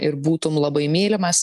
ir būtum labai mylimas